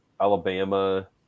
Alabama